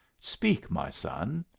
speak, my son.